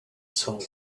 soul